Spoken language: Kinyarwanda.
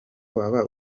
waba